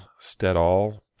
Stedall